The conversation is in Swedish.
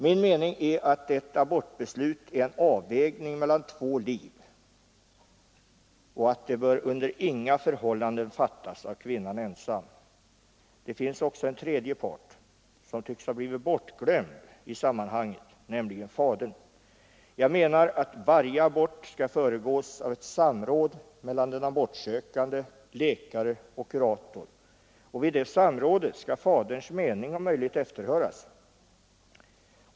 Min mening är att ett abortbeslut är en avvägning mellan två liv och att beslutet under inga förhållanden bör fattas av kvinnan ensam. Det finns också en tredje part som tycks ha blivit bortglömd i sammanhanget, nämligen fadern. Jag menar att varje abort skall föregås av ett samråd mellan den abortsökande, läkare och kurator. Och vid det samrådet skall faderns mening om möjligt efterhöras.